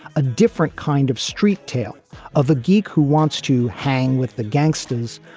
a different kind of street tale of a geek who wants to hang with the gangsters,